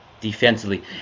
defensively